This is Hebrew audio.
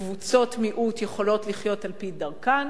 וקבוצות מיעוט יכולות לחיות על-פי דרכן.